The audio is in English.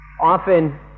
Often